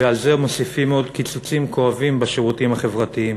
ועל זה מוסיפים עוד קיצוצים כואבים בשירותים החברתיים.